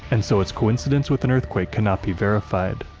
and so its coincidence with an earthquake cannot be verified.